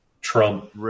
Trump